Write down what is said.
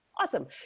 awesome